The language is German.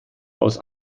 aus